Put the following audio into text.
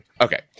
Okay